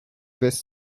west